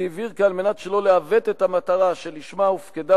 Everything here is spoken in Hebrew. והבהיר כי על מנת שלא לעוות את המטרה שלשמה הופקדה